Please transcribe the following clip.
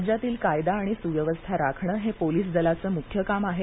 राज्यातील कायदा आणि सुव्यवस्था राखणं हे पोलिस दलाचं मुख्य काम आहे